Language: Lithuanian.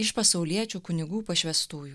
iš pasauliečių kunigų pašvęstųjų